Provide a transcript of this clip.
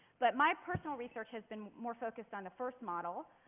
but my personal research has been more focused on the first model.